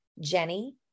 Jenny